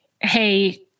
hey